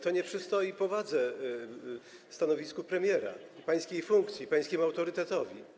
To nie przystoi powadze stanowisku premiera i pańskiej funkcji, pańskiemu autorytetowi.